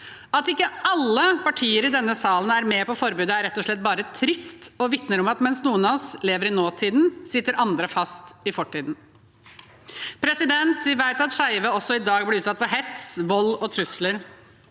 at ikke alle partier i denne salen er med på forbudet, er rett og slett bare trist. Det vitner om at mens noen av oss lever i nåtiden, sitter andre fast i fortiden. Vi vet at skeive også i dag blir utsatt for hets, vold og trusler.